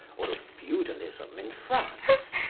or of feudalism in france,